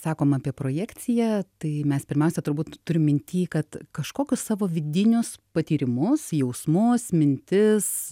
sakom apie projekciją tai mes pirmiausia turbūt turim minty kad kažkokius savo vidinius patyrimus jausmus mintis